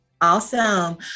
Awesome